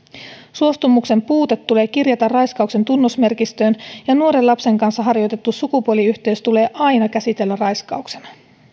suostumuksen puute tulee kirjata raiskauksen tunnusmerkistöön ja nuoren lapsen kanssa harjoitettu sukupuoliyhteys tulee aina käsitellä raiskauksena